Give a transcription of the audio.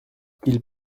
qu’ils